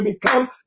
become